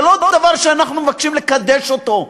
זה לא דבר שאנחנו מבקשים לקדש אותו,